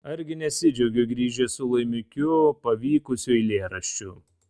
argi nesidžiaugiu grįžęs su laimikiu pavykusiu eilėraščiu